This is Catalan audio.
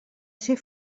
ser